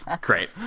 Great